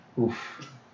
Oof